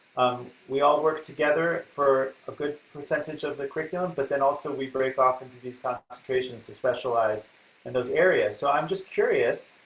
we all work together for a good percentage of the curriculum but then also we break off into these ah concentrations to specialize in those areas. so i'm just curious,